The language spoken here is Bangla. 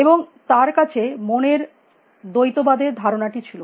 এবং তার কাছে মনের দ্বৈতবাদের ধারণাটি ছিল